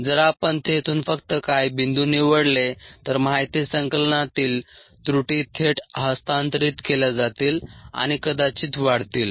जर आपण तेथून फक्त काही बिंदू निवडले तर माहिती संकलनातील त्रुटी थेट हस्तांतरित केल्या जातील आणि कदाचित वाढतील